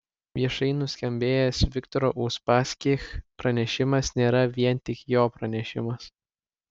viešai nuskambėjęs viktoro uspaskich pranešimas nėra vien tik jo pranešimas